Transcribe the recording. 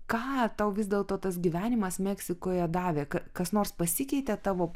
ką tau vis dėlto tas gyvenimas meksikoje davė ka kas nors pasikeitė tavo